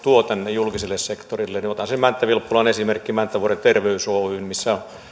julkiselle sektorille niin otan esiin mänttä vilppulan esimerkin mäntänvuoren terveys oyn missä